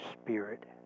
spirit